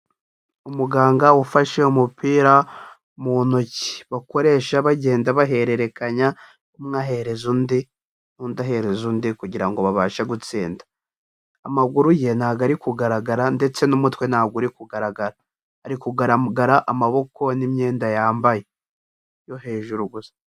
Umuganga ufashe umupira mu ntoki bakoresha bagenda bahererekanya umwe aherereza undi, n'undi ahereza undi kugira ngo babashe gutsinda, amaguru ye ntabwo ari kugaragara ndetse n'umutwe ntabwo uri kugaragara, ari kugaragara amaboko n'imyenda yambaye yo hejuru gusa.